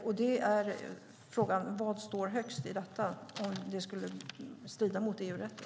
Frågan är vad som står högst i detta sammanhang om detta skulle strida mot EU-rätten.